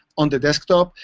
on the desktop.